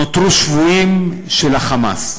נותרו שבויים של ה"חמאס".